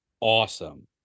awesome